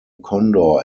condor